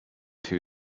two